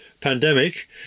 pandemic